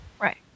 Right